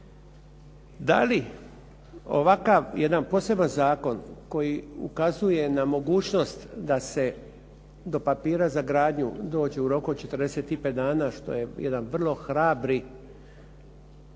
Da li ovakav jedan poseban zakon koji ukazuje na mogućnost da se do papira za gradnju dođe u roku 45 dana što je jedan vrlo hrabri